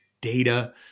data